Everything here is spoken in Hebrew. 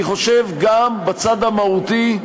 אני חושב, גם בצד המהותי.